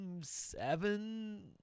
seven